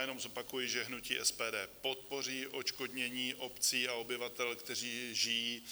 Jenom zopakuji, že hnutí SPD podpoří odškodnění obcí a obyvatel, kteří žijí